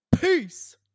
peace